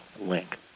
link